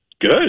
Good